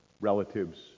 relatives